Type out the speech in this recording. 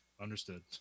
understood